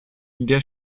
der